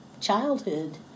childhood